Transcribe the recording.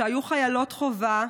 שהיו חיילות חובה,